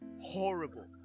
horrible